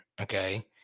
okay